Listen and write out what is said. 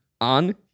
on